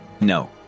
no